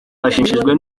bashimishijwe